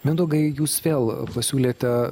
mindaugai jūs vėl pasiūlėte